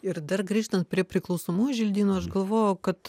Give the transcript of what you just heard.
ir dar grįžtant prie priklausomųjų želdynų aš galvoju kad